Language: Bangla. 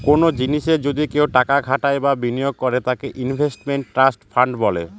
কোনো জিনিসে যদি কেউ টাকা খাটায় বা বিনিয়োগ করে তাকে ইনভেস্টমেন্ট ট্রাস্ট ফান্ড বলে